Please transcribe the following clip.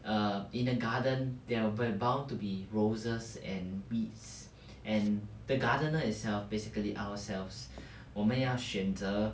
err in a garden there will bound to be roses and weeds and the gardener itself basically ourselves 我们要选择